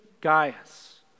Gaius